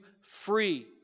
free